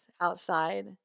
outside